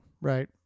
Right